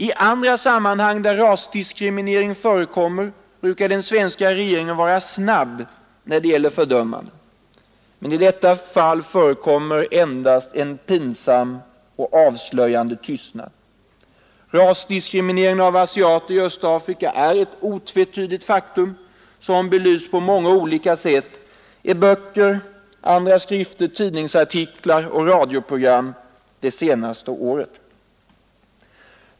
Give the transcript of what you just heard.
I andra sammanhang där rasdiskriminering förekommer brukar den svenska regeringen vara snabb när det gäller fördömanden. Men i detta fall förekommer endast en pinsam och avslöjande tystnad. Rasdiskrimineringen av asiater i Östafrika är ett otvetydigt faktum, som belysts på många olika sätt i böcker, skrifter, tidningsartiklar och radioprogram det senaste året.